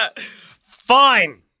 Fine